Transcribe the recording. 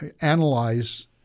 analyze